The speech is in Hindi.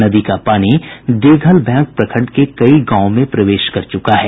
नदी का पानी दिघलबैंक प्रखंड के कई गांवों में प्रवेश कर चुका है